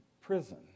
prison